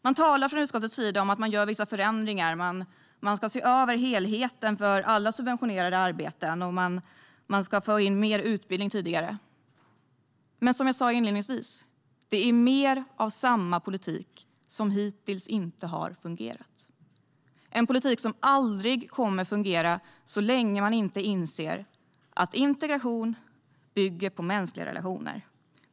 Man talar från utskottets sida om att man gör vissa förändringar. Man ska se över helheten för alla subventionerade arbeten, och man ska få in mer utbildning tidigare. Men som jag sa inledningsvis är det mer av samma politik som hittills inte har fungerat - en politik som aldrig kommer att fungera så länge man inte inser att integration bygger på mänskliga relationer.